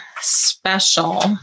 special